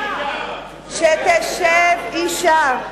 שתשב אשה.